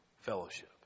fellowship